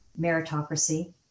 meritocracy